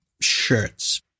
shirts